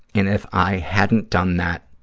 and if i hadn't done that